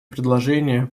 предложения